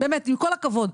עם כל הכבוד.